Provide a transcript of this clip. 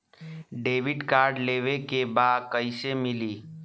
Debit card लेवे के बा कईसे मिली?